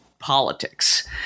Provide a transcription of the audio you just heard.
Politics